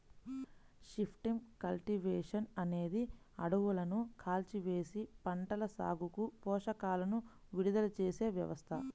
shifting cultivation అనేది అడవులను కాల్చివేసి, పంటల సాగుకు పోషకాలను విడుదల చేసే వ్యవస్థ